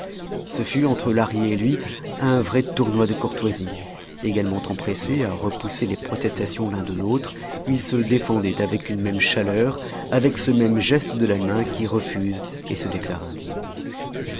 ce fut entre lahrier et lui un vrai tournoi de courtoisie également empressés à repousser les protestations l'un de l'autre ils se défendaient avec une même chaleur avec ce même geste de la main qui refuse et se déclare indigne